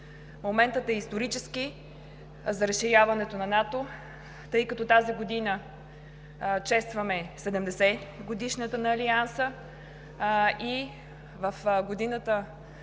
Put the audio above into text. Моментът е исторически за разширяването на НАТО, тъй като тази година честваме 70-годишнината на Алианса и в годината